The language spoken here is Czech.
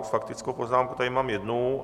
Faktickou poznámku tady mám jednu.